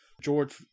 George